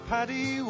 Paddy